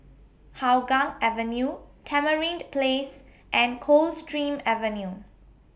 Hougang Avenue Tamarind Place and Coldstream Avenue